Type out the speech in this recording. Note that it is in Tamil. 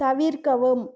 தவிர்க்கவும்